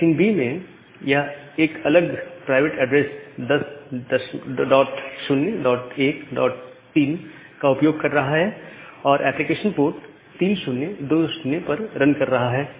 machine B में यह एक अलग प्राइवेट एड्रेस 10013 का उपयोग कर रहा है और एप्लीकेशन पोर्ट 3020 पर रन कर रहा है